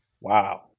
wow